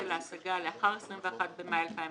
על ההשגה לאחר ט"ז באייר התשע"ט (21 במאי 2019),